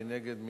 מי נגד?